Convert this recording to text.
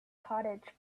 cottage